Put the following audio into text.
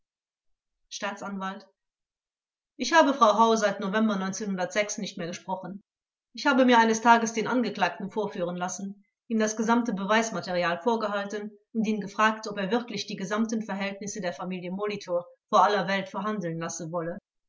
staatsanwalt ich habe frau wenn nicht mehr gesprochen ich habe mir eines tages den angeklagten vorführen lassen ihm das gesamte beweismaterial vorgehalten und ihn gefragt ob er wirklich die gesamten verhältnisse der familie molitor vor aller welt verhandeln lassen wolle